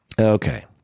Okay